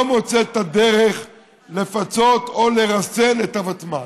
לא מוצאת את הדרך לפצות או לרסן את הוותמ"ל.